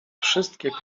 wszystkie